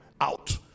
out